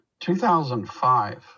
2005